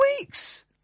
weeks